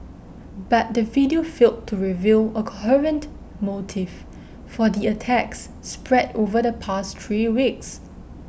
but the video failed to reveal a coherent motive for the attacks spread over the past three weeks